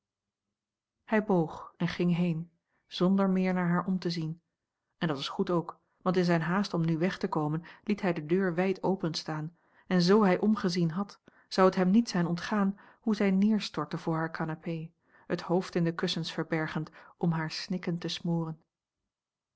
hij boog en ging heen zonder meer naar haar om te zien en dat was goed ook want in zijne haast om nu weg te komen liet hij de deur wijd openstaan en z hij omgezien had zou het hem niet zijn ontgaan hoe zij neerstortte voor haar canapé het hoofd in de kussens verbergend om hare snikken te smoren